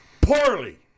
Poorly